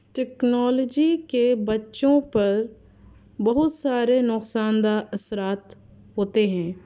technology کے بچوں پر بہت سارے نقصاندہ اثرات ہوتے ہیں